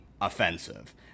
offensive